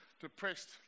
depressed